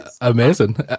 amazing